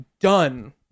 done